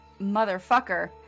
motherfucker